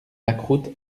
lacroute